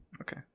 Okay